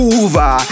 uva